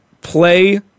play